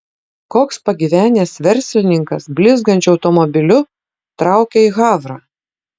koks pagyvenęs verslininkas blizgančiu automobiliu traukia į havrą